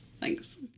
Thanks